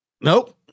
Nope